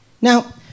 Now